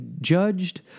judged